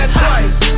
twice